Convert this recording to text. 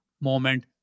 moment